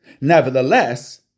Nevertheless